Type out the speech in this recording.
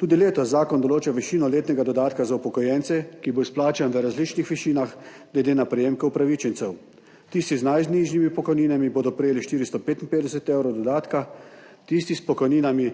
Tudi letos zakon določa višino letnega dodatka za upokojence, ki bo izplačan v različnih višinah glede na prejemke upravičencev. Tisti z najnižjimi pokojninami bodo prejeli 455 evrov dodatka, tisti s pokojninami,